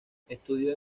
estudió